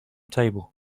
table